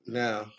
now